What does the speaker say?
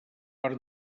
per